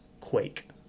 quake